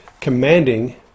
commanding